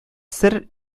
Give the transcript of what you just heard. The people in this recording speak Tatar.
сер